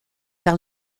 par